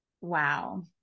Wow